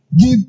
Give